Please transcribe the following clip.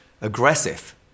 aggressive